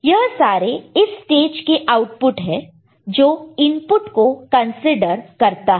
यह सारे इस स्टेज के आउटपुट है जो इनपुट को कंसीडर करता है